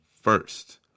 first